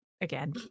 again